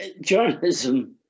journalism